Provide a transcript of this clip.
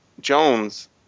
Jones